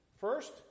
First